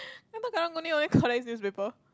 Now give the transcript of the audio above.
I thought karang-guni only collects newspaper